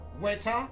Waiter